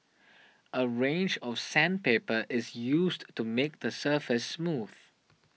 a range of sandpaper is used to make the surface smooth